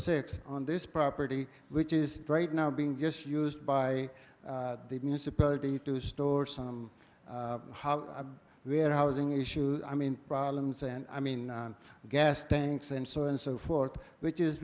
six on this property which is right now being just used by the municipality to store some how we had housing issues i mean problems and i mean gas tanks and so on and so forth which is